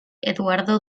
eduardo